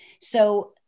So-